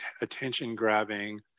attention-grabbing